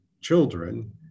children